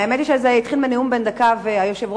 האמת היא שזה התחיל מנאום בן דקה והיושב-ראש